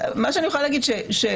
מה שאני יכולה להגיד בשלוף,